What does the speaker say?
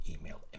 email